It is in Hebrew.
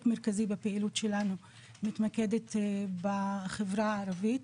מרכזי בפעילות שלנו מתמקדת בחברה הערבית,